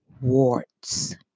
warts